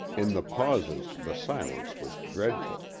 in the pauses the silence was dreadful.